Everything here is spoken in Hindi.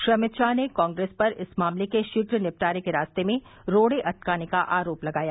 श्री अमित शाह ने कांग्रेस पर इस मामले के शीघ्र निपटारे के रास्ते में रोड़े अटकाने का आरोप लगाया